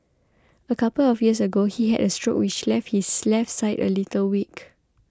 a couple of years ago he had a stroke which left his left side a little weak